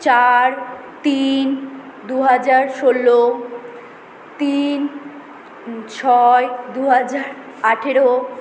চার তিন দুহাজার ষোলো তিন ছয় দুহাজার আঠারো